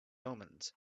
omens